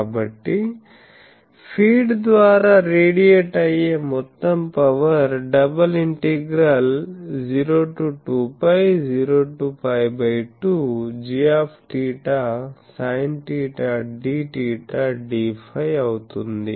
కాబట్టి ఫీడ్ ద్వారా రేడియేట్ అయ్యే మొత్తం power ∬0 to 2π 0 to π2gθsinθdθ dΦ అవుతుంది